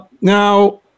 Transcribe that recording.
now